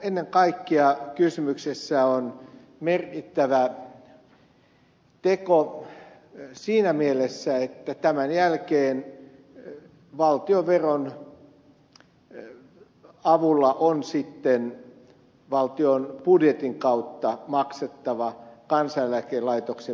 ennen kaikkea kysymyksessä on merkittävä teko siinä mielessä että tämän jälkeen valtionveron avulla on sitten valtion budjetin kautta maksettava kansaneläkelaitoksen menoja